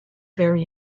very